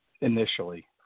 initially